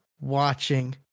watching